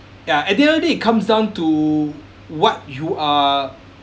ya at the end of the day it comes down to what you are